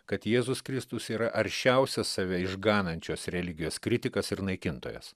kad jėzus kristus yra aršiausias save išganančios religijos kritikas ir naikintojas